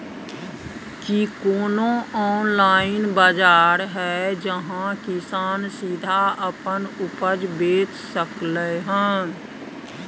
की कोनो ऑनलाइन बाजार हय जहां किसान सीधा अपन उपज बेच सकलय हन?